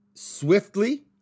Swiftly